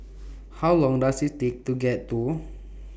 How Long Does IT Take to get to